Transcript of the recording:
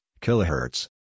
Kilohertz